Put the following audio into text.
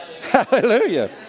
Hallelujah